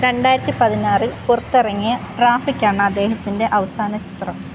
രണ്ടായിരത്തി പതിനാറിൽ പുറത്തിറങ്ങിയ ട്രാഫിക് ആണ് അദ്ദേഹത്തിൻ്റെ അവസാന ചിത്രം